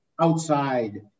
outside